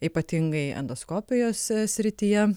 ypatingai endoskopijose srityje